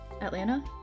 Atlanta